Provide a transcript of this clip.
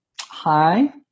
hi